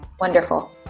Wonderful